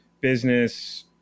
business